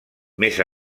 més